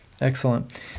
Excellent